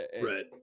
right